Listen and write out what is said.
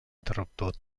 interromput